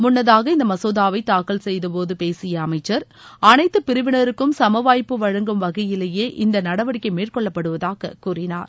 முன்னதாக இந்த மசோதாவை தாக்கல்செய்த போது பேசிய அளமச்சர் அனைத்து பிரிவினருக்கும் சமவாய்ப்பு வழங்கும் வகையிலேயே இந்த நடவடிக்கை மேற்கொள்ளப்படுவதாக கூறினார்